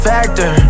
Factor